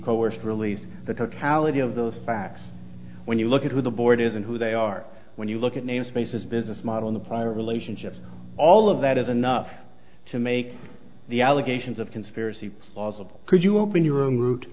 coerced released the totality of those facts when you look at who the board is and who they are when you look at namespace business model in the prior relationships all of that is enough to make the allegations of conspiracy plausible could you open your own route